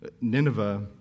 Nineveh